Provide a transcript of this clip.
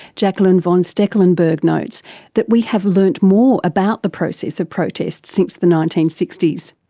jacquelein van stekelenburg notes that we have learnt more about the process of protest since the nineteen sixty s.